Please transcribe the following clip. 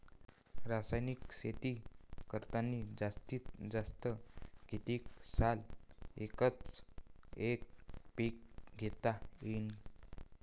रासायनिक शेती करतांनी जास्तीत जास्त कितीक साल एकच एक पीक घेता येईन?